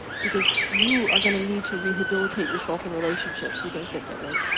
because you are gonna need to rehabilitate yourself in relationships. you guys get that right?